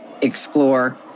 explore